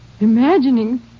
imagining